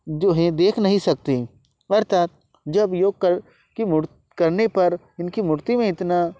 जो है देख नहीं सकते अर्थात जब योग कर के मुड़ करने पर इनकी मूर्ति में इतना